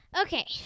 Okay